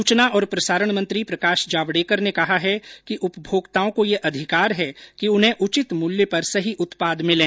सूचना और प्रसारण मंत्री प्रकाश जावडेकर ने कहा है कि उपभोक्ताओं को यह अधिकार है कि उन्हें उचित मूल्य पर सही उत्पाद मिले